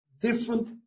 different